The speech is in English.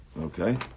Okay